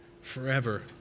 forever